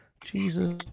Jesus